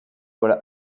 voilà